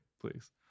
please